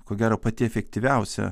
ko gero pati efektyviausia